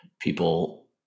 people